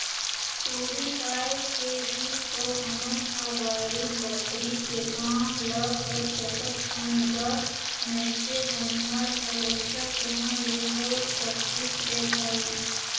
उही पाय के ही तो हमन ह बाड़ी बखरी के काम ल कर सकत हन गा नइते बनिहार भरोसा कहाँ ले हो सकतिस रे भई